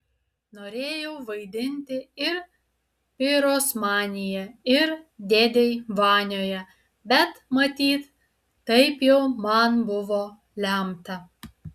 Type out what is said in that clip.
norėjau vaidinti ir pirosmanyje ir dėdėj vanioje bet matyt taip jau man buvo lemta